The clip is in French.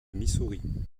missouri